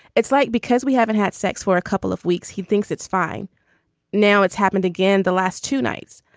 it's like because we haven't had sex for a couple of weeks he thinks it's fine now it's happened again the last two nights.